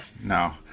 No